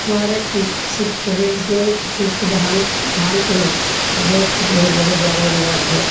हमारे कृषि कृषि किसी धान धान करो देश को ये बहुत ज़्यादा रिवाज़ है